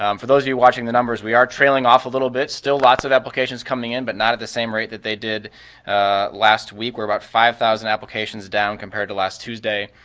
um for those of you watching the numbers, we are trailing off a little bit, still lots of applications coming in but not at the same rate they did last week. we're about five thousand applications down compared to last tuesday,